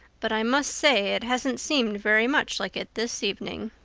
but i must say it hasn't seemed very much like it this evening.